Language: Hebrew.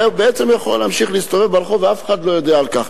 והוא בעצם יכול להמשיך להסתובב ברחוב ואף אחד לא ידע על כך.